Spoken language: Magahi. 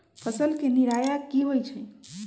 फसल के निराया की होइ छई?